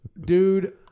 Dude